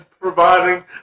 providing